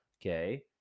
okay